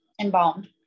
embalmed